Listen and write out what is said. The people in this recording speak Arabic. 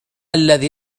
الذي